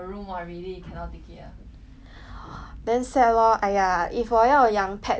damn sad lor !aiya! if 我要养 pet 的话就真的是 like 以后才可以养 lor